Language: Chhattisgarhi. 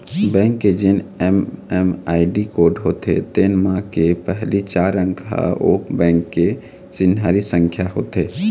बेंक के जेन एम.एम.आई.डी कोड होथे तेन म के पहिली चार अंक ह ओ बेंक के चिन्हारी संख्या होथे